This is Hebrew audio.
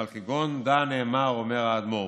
ועל כגון דא נאמר, אומר האדמו"ר,